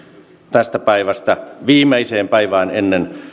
tästä päivästä viimeiseen päivään ennen